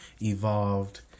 evolved